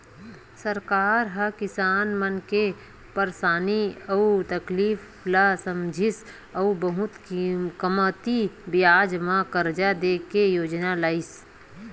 सरकार ह किसान मन के परसानी अउ तकलीफ ल समझिस अउ बहुते कमती बियाज म करजा दे के योजना लइस